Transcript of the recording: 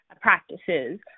practices